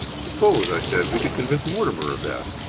suppose, i said, we could convince mortimer of that!